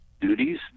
duties